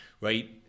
right